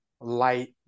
light